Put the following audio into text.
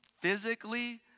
physically